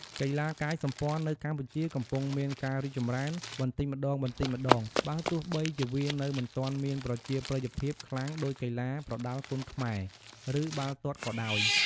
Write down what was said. កីឡាកាយសម្ព័ន្ធនៅកម្ពុជាកំពុងមានការរីកចម្រើនបន្តិចម្តងៗ បើទោះបីជាវានៅមិនទាន់មានប្រជាប្រិយភាពខ្លាំងដូចជាកីឡាប្រដាល់គុនខ្មែរ ឬបាល់ទាត់ក៏ដោយ។